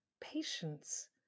patience